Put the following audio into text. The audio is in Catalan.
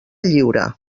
lliure